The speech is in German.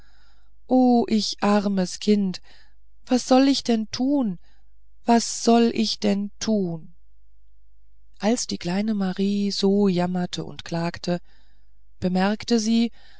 o ich armes kind was soll ich denn nun tun was soll ich denn nun tun als die kleine marie so jammerte und klagte bemerkte sie